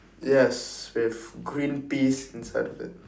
yes with green peas inside of it